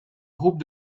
groupes